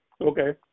Okay